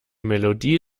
melodie